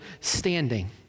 standing